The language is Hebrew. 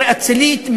יותר אצילית,